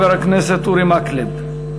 חבר הכנסת אורי מקלב.